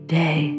day